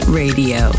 radio